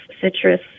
citrus